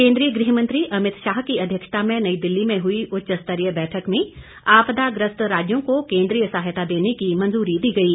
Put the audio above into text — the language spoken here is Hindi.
केंद्रीय गृहमंत्री अमित शाह की अध्यक्षता में नई दिल्ली में हुई उच्चस्तरीय बैठक में आपदाग्रस्त राज्यों को केंद्रीय सहायता देने की मंजूरी दी गयी